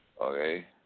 Okay